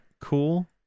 cool